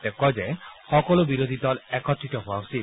তেওঁ কয় যে সকলো বিৰোধী দলসমূহ একত্ৰিত হোৱা উচিত